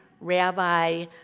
Rabbi